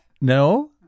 No